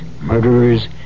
murderers